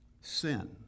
sin